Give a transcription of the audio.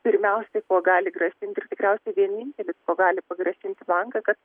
pirmiausiai kuo gali grasinti ir tikriausiai vienintelis gali pagrasinti banką kad